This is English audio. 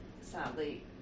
sadly